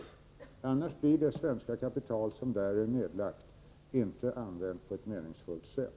Annars blir det svenska kapital som där är nedlagt inte använt på ett meningsfullt sätt.